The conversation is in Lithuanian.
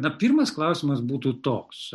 na pirmas klausimas būtų toks